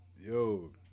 yo